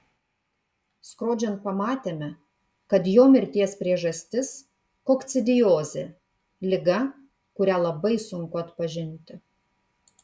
skrodžiant pamatėme kad jo mirties priežastis kokcidiozė liga kurią labai sunku atpažinti